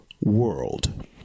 world